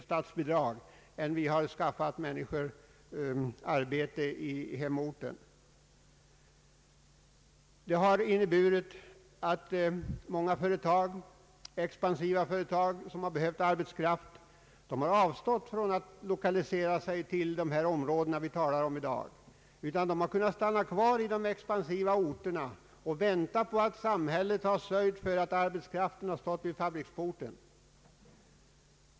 De är fler än dem man försökt skaffa arbete åt i hemorten. Det har inneburit att många expansiva företag som behövt arbetskraft har avstått från att lokalisera sig till Norrland. De har kunnat stanna kvar i de expansiva orterna och väntat på att samhället har sörjt för att arbetskraft från Norrland har stått vid fabriksporten.